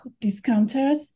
Discounters